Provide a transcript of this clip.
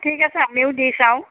ঠিক আছে আমিও দি চাওঁ